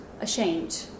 ashamed